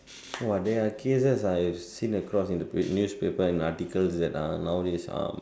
!wah! there are cases I've seen across in the newspapers and articles that uh nowadays ah